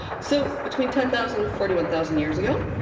so between ten thousand and forty one thousand years ago